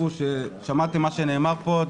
שמעתם מה שנאמר פה,